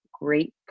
great